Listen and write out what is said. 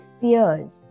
fears